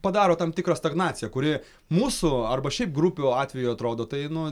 padaro tam tikrą stagnaciją kuri mūsų arba šiaip grupių atveju atrodo tai nu